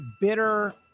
bitter